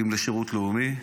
אם לשירות לאומי,